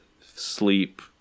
sleep